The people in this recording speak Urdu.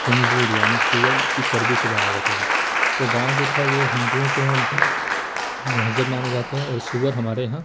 خنزیر یعنی سور کی چربی سے بنایا جاتا تھا تو گائے جو تھا وہ ہندوؤں کے یہاں مہذب مانا جاتا ہے اور سور ہمارے یہاں